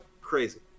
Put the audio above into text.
Crazy